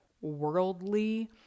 worldly